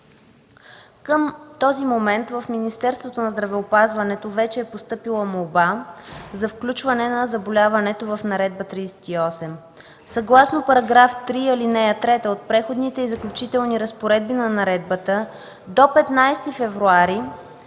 Към този момент в Министерството на здравеопазването вече е постъпила молба за включване на заболяването в Наредба № 38. Съгласно § 3, ал. 3 от Преходните и заключителните разпоредби на наредбата до 15 февруари